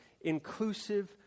inclusive